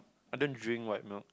I don't drink white milk